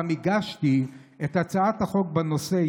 גם הגשתי את הצעת החוק בנושא,